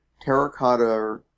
terracotta